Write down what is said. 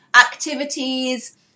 activities